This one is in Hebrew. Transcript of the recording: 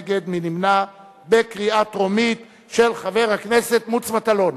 של חבר הכנסת מוץ מטלון.